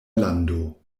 lando